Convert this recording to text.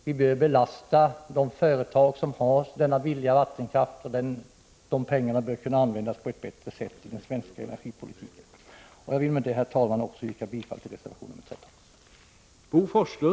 Vi bör belasta de företag som har denna billiga vattenkraft, och pengarna bör kunna användas på ett bättre sätt i den svenska energipolitiken. Därmed, herr talman, yrkar jag bifall också till reservation 13.